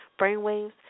brainwaves